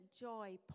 joy